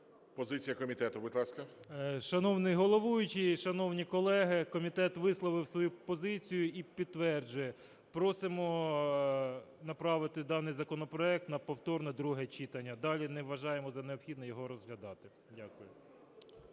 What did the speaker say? Позиція комітету, будь ласка. 14:04:29 БАБЕНКО М.В. Шановний головуючий, шановні колеги, комітет висловив свою позицію і підтверджує. Просимо направити даний законопроект на повторне друге читання. Далі не вважаємо за необхідне його розглядати. Дякую.